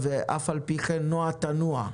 "ואף על פי כן נוע תנוע".